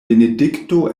benedikto